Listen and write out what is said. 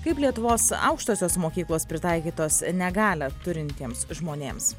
kaip lietuvos aukštosios mokyklos pritaikytos negalią turintiems žmonėms